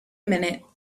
minute